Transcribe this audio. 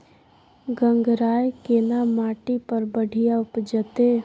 गंगराय केना माटी पर बढ़िया उपजते?